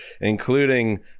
including